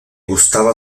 gustaba